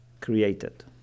created